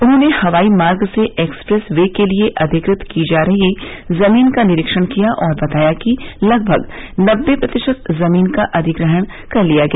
उन्होंने हवाई मार्ग से एक्सप्रेस ये के लिये अधिकृत की जा रही जमीन का निरीक्षण किया और बताया कि लगभग नब्बे प्रतिशत जमीन का अधिग्रहण कर लिया गया